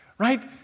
right